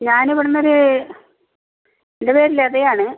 ഞാൻ ഇവിടെ നിന്നൊരു എൻ്റെ പേര് ലതയാണ്